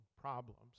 problems